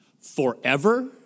Forever